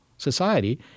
society